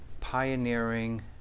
pioneering